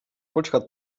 počkat